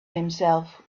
himself